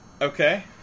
Okay